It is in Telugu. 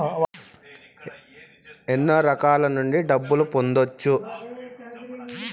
ఎన్నో రకాల నుండి డబ్బులు పొందొచ్చు